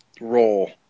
role